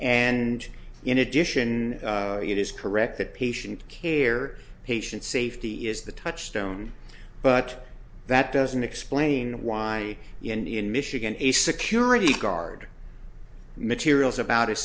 and in addition it is correct that patient care patient safety is the touchstone but that doesn't explain why in michigan a security guard materials about a